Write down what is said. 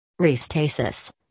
Restasis